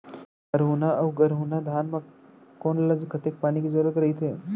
हरहुना अऊ गरहुना धान म कोन ला कतेक पानी के जरूरत रहिथे?